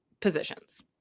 positions